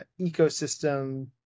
ecosystem